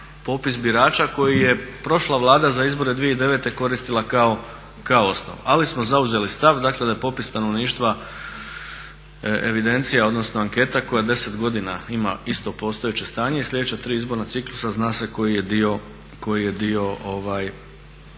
popis birača koji je prošla Vlada za izbore 2009.koristila kao osnovu. Ali smo zauzeli stav da je popis stanovništva evidencija odnosno anketa koja 10 godina ima isto postojeće stanje i sljedeća tri izborna ciklusa zna se koji je dio